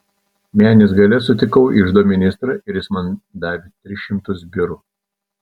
menės gale sutikau iždo ministrą ir jis man davė tris šimtus birų